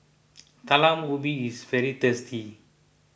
Talam Ubi is very tasty